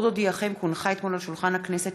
עוד אודיעכם כי אתמול הונחה על שולחן הכנסת,